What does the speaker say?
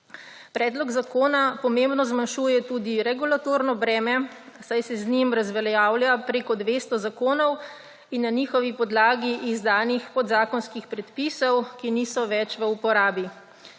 Predlog zakona pomembno zmanjšuje tudi regulatorno breme, saj se z njim razveljavlja preko 200 zakonov in na njihovi podlagi izdanih podzakonskih predpisov, ki niso več v uporabi.